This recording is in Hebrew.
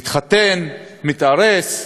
מתחתן, מתארס,